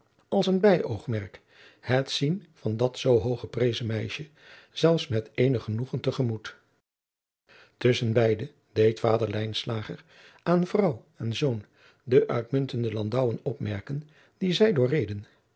als een bijoogmerk het zien van dat zoo hooggeprezen meisje zelfs met eenig genoegen te gemoet tusschen beide deed vader lijnslager aan vrouw en zoon de uitmuntende landouwen opmerken die zij doorreden